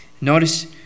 Notice